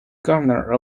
governor